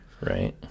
Right